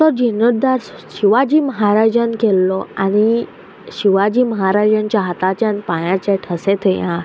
तो जिर्णोद्दार शिवाजी महाराजान केल्लो आनी शिवाजी महाराज्या हाताच्यान पांयाचे ठसे थंय आहा